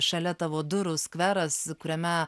šalia tavo durų skveras kuriame